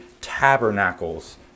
tabernacles